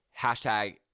hashtag